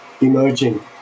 emerging